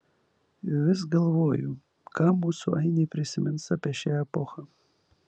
vis galvoju ką mūsų ainiai prisimins apie šią epochą